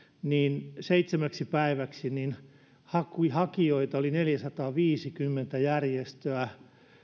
seitsemäksi päiväksi niin hakijoita oli neljäsataaviisikymmentä järjestöä